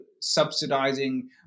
subsidizing